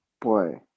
boy